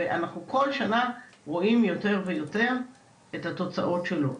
ואנחנו כל שנה רואים יותר ויותר את התוצאות שלו.